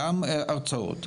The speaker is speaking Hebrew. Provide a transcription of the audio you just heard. גם הרצאות,